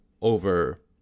over